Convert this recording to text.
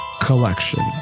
collection